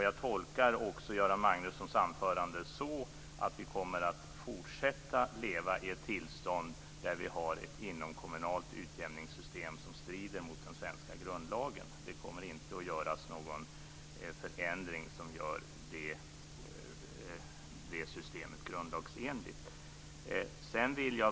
Jag tolkar också Göran Magnussons anförande så att vi kommer att fortsätta leva i ett tillstånd där vi har ett inomkommunalt utjämningssystem som strider mot den svenska grundlagen. Det kommer inte att göras någon förändring som gör det systemet grundlagsenligt.